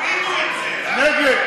הצבעה.